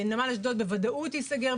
נמל אשדוד בוודאות ייסגר,